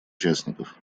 участников